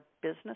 business